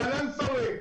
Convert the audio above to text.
קלאנסווה.